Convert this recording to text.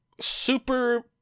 super